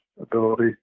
ability